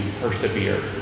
persevere